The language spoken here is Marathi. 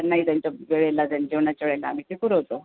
नाही त्यांच्या वेळेला त्यांना जेवणाच्या वेळेला आम्ही ते पुरवतो